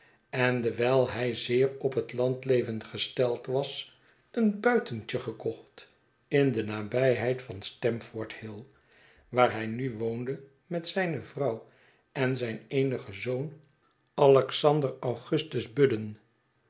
en dewijl hij zeer op het landleven gesteld was een buitentje gekocht in de nabijheid van stamford hill waar hij nu woonde met zijne vrouw en zijn eenigen zoon alexander augustus budden